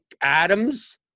Adams